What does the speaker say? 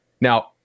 Now